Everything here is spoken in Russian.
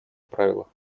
правилах